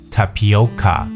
Tapioca